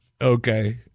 Okay